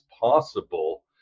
possible